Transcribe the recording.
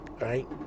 right